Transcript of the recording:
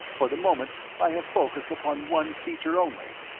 for the moment i have focussed upon one feature only.